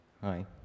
Hi